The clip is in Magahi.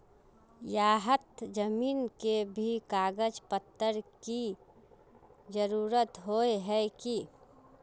यहात जमीन के भी कागज पत्र की जरूरत होय है की?